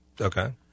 okay